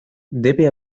debe